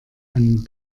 einen